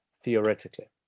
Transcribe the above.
theoretically